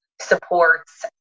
supports